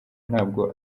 ntabwo